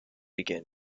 again